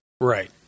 Right